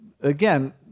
again